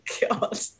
god